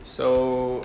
so